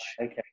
Okay